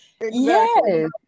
Yes